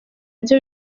byo